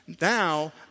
Now